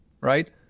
right